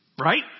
Right